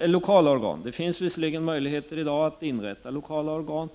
lokala organ. Det finns visserligen möjligheter i dag att inrätta lokala organ.